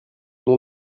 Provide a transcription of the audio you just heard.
nom